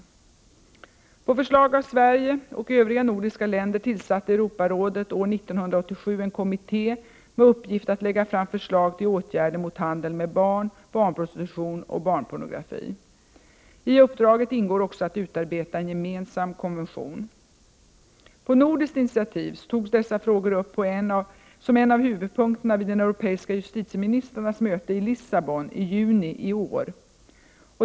I På förslag av Sverige och övriga nordiska länder tillsatte Europarådet år 1987 en kommitté med uppgift att lägga fram förslag till åtgärder mot handel med barn, barnprostitution och barnpornografi. I uppdraget ingår också att | utarbeta en gemensam konvention. På nordiskt initiativ togs dessa frågor upp som en av huvudpunkterna vid | de europeiska justitieministrarnas möte i Lissabon i juni i år.